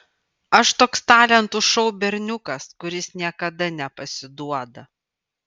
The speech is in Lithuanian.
aš toks talentų šou berniukas kuris niekada nepasiduoda